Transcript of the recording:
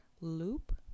loop